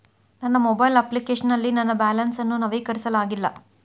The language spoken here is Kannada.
ನನ್ನ ಮೊಬೈಲ್ ಅಪ್ಲಿಕೇಶನ್ ನಲ್ಲಿ ನನ್ನ ಬ್ಯಾಲೆನ್ಸ್ ಅನ್ನು ನವೀಕರಿಸಲಾಗಿಲ್ಲ